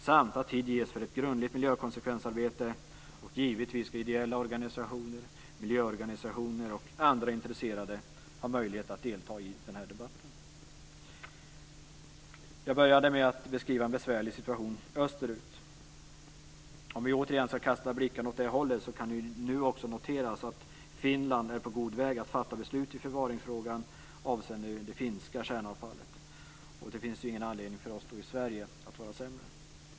Tid ska också ges för ett grundligt miljökonsekvensarbete, och givetvis ska ideella organisationer, miljöorganisationer och andra intresserade ha möjlighet att delta i debatten. Jag började med att beskriva en besvärlig situation österut. Om vi återigen ska kasta blickarna åt det hållet kan det nu också noteras att Finland är på god väg att fatta beslut i förvaringsfrågan avseende det finska kärnavfallet. Det finns ju ingen anledning för oss i Sverige att vara sämre.